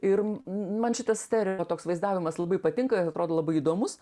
ir man šitas stėrio toks vaizdavimas labai patinka atrodo labai įdomus